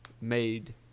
made